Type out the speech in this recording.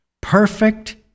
perfect